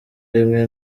rimwe